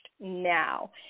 now